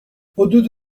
حدود